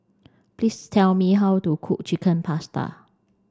please tell me how to cook Chicken Pasta